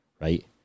right